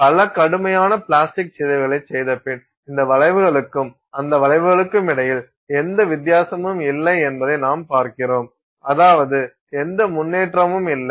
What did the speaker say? பல கடுமையான பிளாஸ்டிக் சிதைவுகளைச் செய்தபின் இந்த வளைவுகளுக்கும் அந்த வளைவுகளுக்கும் இடையில் எந்த வித்தியாசமும் இல்லை என்பதை நாம் பார்க்கிறோம் அதாவது எந்த முன்னேற்றமும் இல்லை